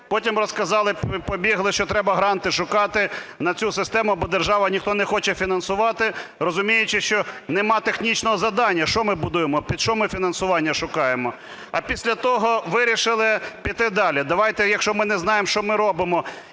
Потім розказали побігли, що треба гранти шукати на цю систему, бо держава, ніхто не хоче фінансувати, розуміючи, що немає технічного завдання, що ми будуємо, під що ми фінансування шукаємо. А після того вирішили піти далі. Давайте, якщо ми не знаємо, що ми робимо,